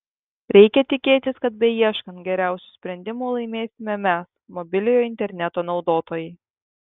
reikia tikėtis kad beieškant geriausių sprendimų laimėsime mes mobiliojo interneto naudotojai